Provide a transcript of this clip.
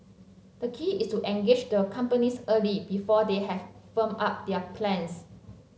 the key is to engage the companies early before they have firmed up their plans